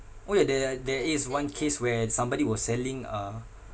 orh ya the there is one case where somebody was selling uh